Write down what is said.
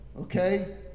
okay